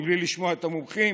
בלי לשמוע את המומחים,